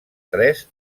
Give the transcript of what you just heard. tres